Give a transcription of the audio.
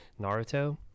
Naruto